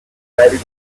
decided